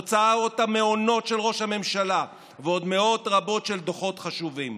הוצאות המעונות של ראש הממשלה ועוד מאות רבות של דוחות חשובים.